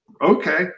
okay